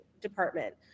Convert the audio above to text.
department